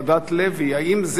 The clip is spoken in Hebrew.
האם זה הופך להיות,